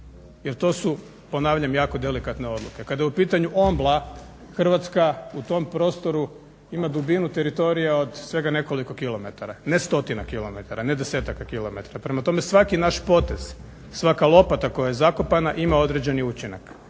Jel to su ponavljam jako delikatne odluke. Kada je u pitanju Ombla Hrvatska u tom prostoru ima dubinu teritorija od svega nekoliko kilometara, ne stotina kilometara, ne desetaka kilometara. Prema tome, svaki naš potez, svaka lopata koja je zakopana ima određeni učinak.